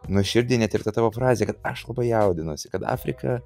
nuoširdi net ir ta tavo frazė kad aš labai jaudinuosi kad afrika